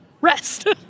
rest